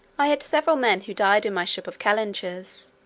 i had several men who died in my ship of calentures,